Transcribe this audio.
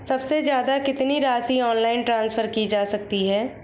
सबसे ज़्यादा कितनी राशि ऑनलाइन ट्रांसफर की जा सकती है?